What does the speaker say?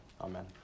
Amen